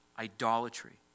Idolatry